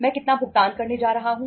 मैं कितना भुगतान करने जा रहा हूं